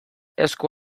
esku